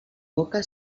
boca